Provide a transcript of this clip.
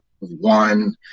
one